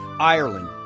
Ireland